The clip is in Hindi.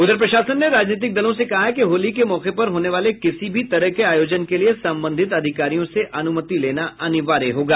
उधर प्रशासन ने राजनीतिक दलों से कहा है कि होली के मौके पर होने वाले किसी भी तरह के आयोजन के लिए संबंधित अधिकारियों से अनुमति लेना अनिवार्य होगा